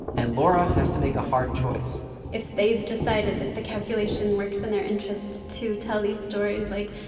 and laura has to make a hard choice if they've decided that the calculation works in their interest to tell these stories, like,